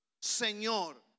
Señor